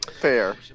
Fair